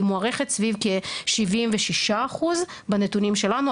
היא מוערכת סביב כ-76% בנתונים שלנו,